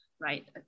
right